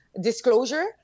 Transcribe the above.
Disclosure